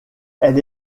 elles